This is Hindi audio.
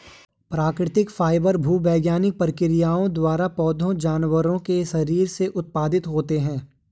प्राकृतिक फाइबर भूवैज्ञानिक प्रक्रियाओं द्वारा पौधों जानवरों के शरीर से उत्पादित होते हैं